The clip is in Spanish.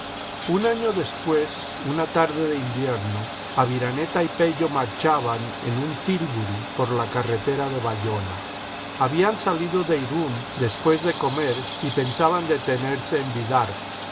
ln año después una tarde de invierno aviraj neta y pello marchaban en un tílburi por la carretera de bayona habían salido de irün después de comer y pensaban detenerse en bidart